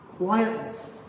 Quietness